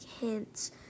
hints